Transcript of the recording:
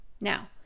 now